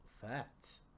facts